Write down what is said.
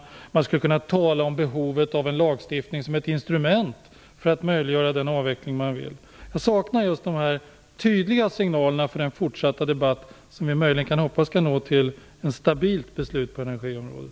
Vidare skulle man kunna tala om behovet av en lagstiftning som ett instrument för att möjliggöra den avveckling man vill ha. Jag saknar alltså sådana tydliga signaler för den fortsatta debatt, som vi kan hoppas möjligen leder fram till ett stabilt beslut på energiområdet.